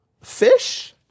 Fish